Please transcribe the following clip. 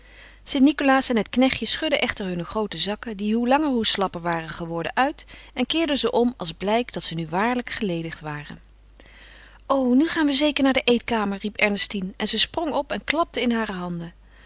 st nicolaas en het knechtje schudden echter hunne groote zakken die hoe langer hoe slapper waren geworden uit en keerden ze om als blijk dat ze nu waarlijk geledigd waren o nu gaan we zeker naar de eetkamer riep ernestine en ze sprong op en klapte in hare handen